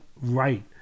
right